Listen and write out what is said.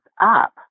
up